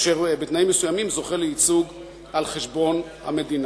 אשר בתנאים מסוימים זוכה לייצוג על-חשבון המדינה.